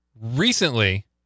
recently